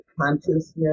consciousness